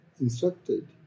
instructed